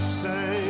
say